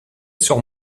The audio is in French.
sur